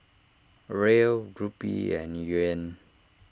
Riel Rupee and Yuan